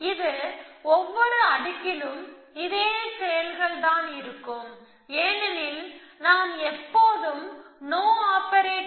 இது ஒவ்வொரு அடுக்கிலும் இதே செயல்கள் தான் இருக்கும் ஏனெனில் நாம் எப்போதும் நோ ஆப்பரேட்டரை செருகுகிறோம்